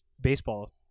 baseball